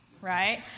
right